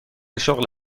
شغل